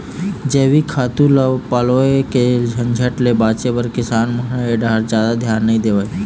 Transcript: जइविक खातू ल पलोए के झंझट ल बाचे बर किसान मन ए डाहर जादा धियान नइ देवय